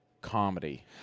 comedy